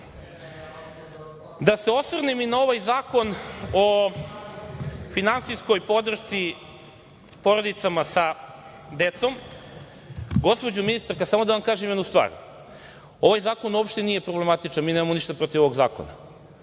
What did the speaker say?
Da se osvrnem i na ovaj zakon o finansijskoj podršci porodicama sa decom. Gospođo ministarka, samo da vam kažem jednu stvar – ovaj zakon uopšte nije problematičan, mi nemamo ništa protiv ovog zakona